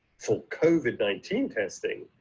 for covid nineteen testing,